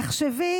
תחשבי